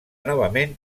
novament